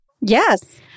Yes